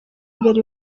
imbere